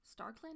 StarClan